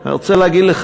אני רוצה להגיד לך,